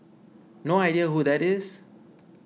no idea who that is